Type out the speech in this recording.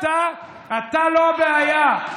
אתה לא הבעיה.